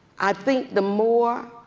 i think the more,